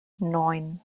neun